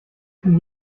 kann